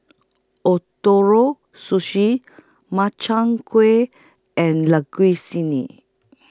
Ootoro Sushi Makchang Gui and